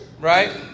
Right